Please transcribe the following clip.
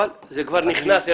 זה כבר נכנס.